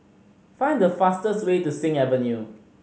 find the fastest way to Sing Avenue